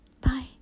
Bye